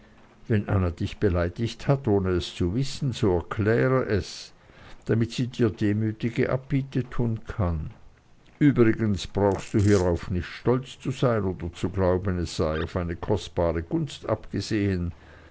wenn anna dich beleidigt hat ohne es zu wissen so erkläre es damit sie dir demütige abbitte tun kann übrigens brauchst du hierauf nicht stolz zu sein oder zu glauben es sei auf deine kostbare gunst abgesehen